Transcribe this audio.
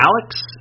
Alex